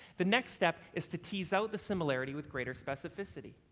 the next step is to tease out the similarity with greater specificity.